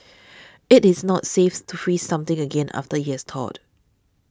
it is not safe to freeze something again after it has thawed